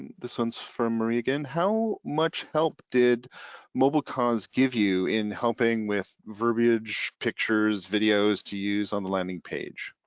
this one's from marie again, how much help did mobilecause give you in helping with verbiage pictures videos to use on the landing page?